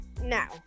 Now